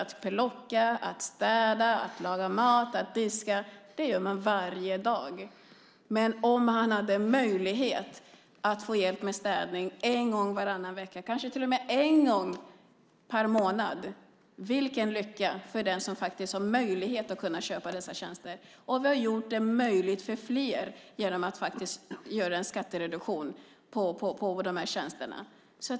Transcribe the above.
Att plocka, städa, laga mat och diska gör man varje dag. Men om man hade möjlighet att få hjälp med städning en gång varannan vecka eller till och med en gång per månad, vilken lycka det är för den som har möjlighet att köpa dessa tjänster! Vi har gjort detta möjligt för fler genom att göra en skattereduktion på de här tjänsterna.